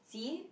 see